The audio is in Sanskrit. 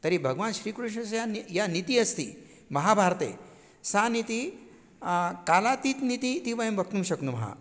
तर्हि भगवान् श्रीकृष्णस्य नि या नीतिः अस्ति महाभारते सा नीतिः कालातीतनीतिः इति वयं वक्तुं शक्नुमः